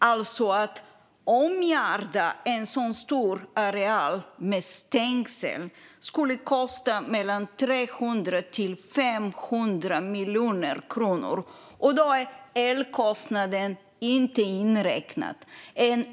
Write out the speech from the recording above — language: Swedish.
Att omgärda en så stor areal med stängsel skulle kosta mellan 300 och 500 miljoner kronor, och då är elkostnaden inte inräknad.